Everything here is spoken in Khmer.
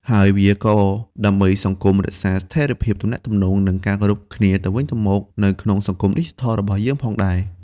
ហើយ វាក៏ដើម្បីសង្គមរក្សាស្ថិរភាពទំនាក់ទំនង និងការគោរពគ្នាទៅវិញទៅមកនៅក្នុងសង្គមឌីជីថលរបស់យើងផងដែរ។